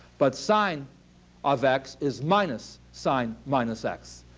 but sine of x is minus sine minus x.